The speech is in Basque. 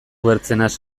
bertzenaz